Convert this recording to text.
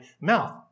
mouth